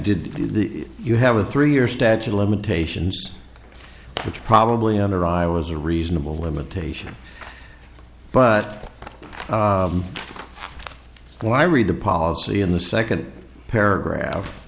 did the you have a three year statute of limitations which probably under i was a reasonable limitation but when i read the policy in the second paragraph